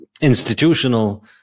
institutional